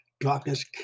Darkness